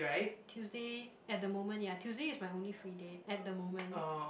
Tuesday at the moment ya Tuesday is my only free day at the moment